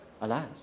alas